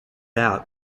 out